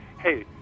Hey